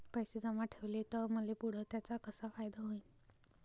पैसे जमा ठेवले त मले पुढं त्याचा कसा फायदा होईन?